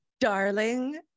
darling